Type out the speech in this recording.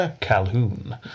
Calhoun